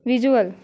visual